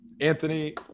anthony